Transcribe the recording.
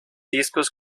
discos